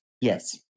yes